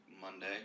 Monday